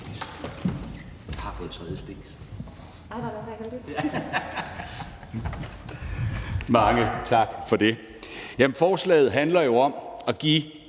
Mange tak for det. Forslaget handler jo om at give